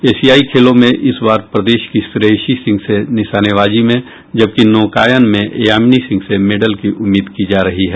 एशियाई खेलों में इस बार प्रदेश की श्रेयशी सिंह से निशनेवाजी में जबकि नौकायान मेंयामिनी सिंह से मेडल की उम्मीद की जा रही है